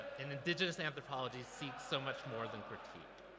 an indigenous anthropology seeks so much more than critique,